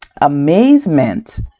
amazement